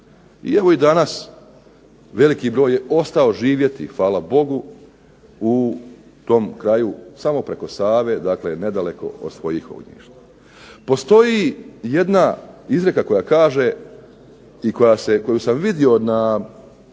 I evo i danas veliki broj je ostao živjeti, hvala Bogu, u tom kraju samo preko Save, dakle nedaleko od svojih ognjišta. Postoji jedna izreka koja kaže i koju sam vidio na